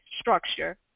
structure